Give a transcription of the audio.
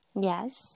Yes